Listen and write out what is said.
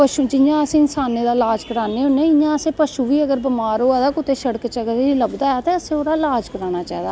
पशू जियां अस इंसानें दा इलाज़ करानें होनें इयां गै पशु कुदै बमार होआ दा होऐ ते कुदै शड़का चलदा असेंगी लब्भदा ऐ तां असैं ओह्दा इलाज़ करवाना चाही दा